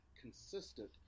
consistent